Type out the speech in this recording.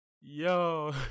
Yo